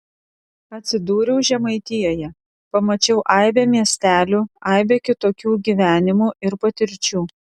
atsidūriau žemaitijoje pamačiau aibę miestelių aibę kitokių gyvenimų ir patirčių